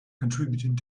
contributing